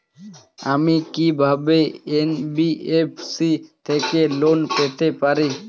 আমি কি কিভাবে এন.বি.এফ.সি থেকে লোন পেতে পারি?